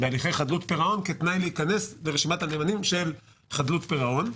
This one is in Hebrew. בהליכי חדלות פירעון כתנאי להיכנס לרשימת הנאמנים של חדלות פירעון,